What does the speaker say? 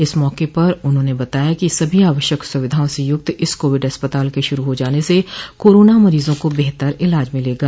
इस मौके पर उन्होंने बताया कि सभी आवश्यक सुविधाओं से युक्त इस कोविड अस्पताल के शुरू हो जाने से कोरोना मरीजों का बेहतर इलाज मिलेगा